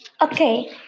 Okay